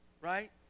right